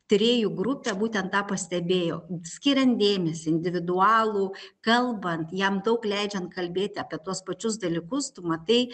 tyrėjų grupė būtent tą pastebėjo skiriant dėmesį individualų kalbant jam daug leidžiant kalbėti apie tuos pačius dalykus tu matai